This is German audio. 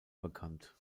bekannt